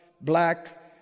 black